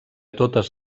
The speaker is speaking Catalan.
totes